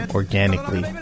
organically